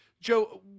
Joe